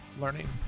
learning